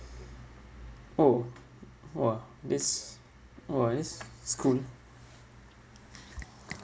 oh !wah! this !wah! this scolding